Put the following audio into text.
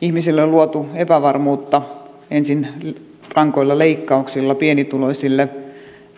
ihmisille on luotu epävarmuutta ensin rankoilla leikkauksilla pienituloisille